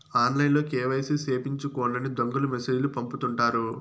ఆన్లైన్లో కేవైసీ సేపిచ్చుకోండని దొంగలు మెసేజ్ లు పంపుతుంటారు